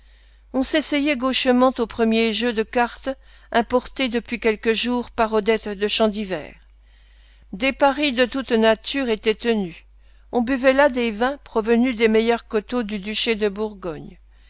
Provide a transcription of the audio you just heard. on s'essayait gauchement aux premiers jeux de cartes importés depuis quelques jours par odette de champ dhiver des paris de toute nature étaient tenus on buvait là des vins provenus des meilleurs coteaux du duché de bourgogne